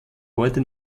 heute